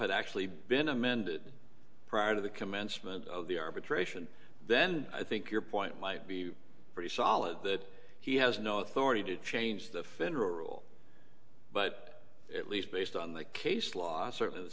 had actually been amended prior to the commencement of the arbitration then i think your point might be pretty solid that he has no authority to change the federal rule but at least based on the case law certainly the